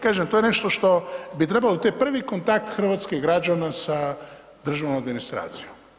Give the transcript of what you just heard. Kažem to je nešto što bi trebalo, to je prvi kontakt hrvatskih građana sa državnom administracijom.